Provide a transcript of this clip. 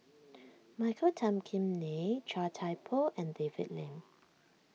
Michael Tan Kim Nei Chia Thye Poh and David Lim